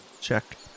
Check